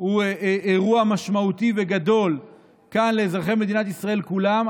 הוא אירוע משמעותי וגדול כאן לאזרחי מדינת ישראל כולם,